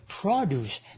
produce